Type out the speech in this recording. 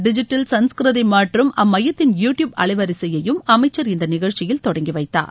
digital Sanskriti மற்றும் அம்மையத்தின் YouTube அலைவரிசையையும் அமைச்சர் இந்த நிகழ்ச்சியில் தொடங்கி வைத்தார்